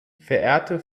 verehrte